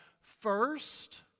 first